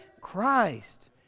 Christ